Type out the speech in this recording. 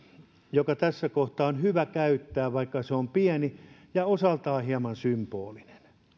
jota tässä kohtaa on hyvä käyttää vaikka se on pieni ja osaltaan hieman symbolinen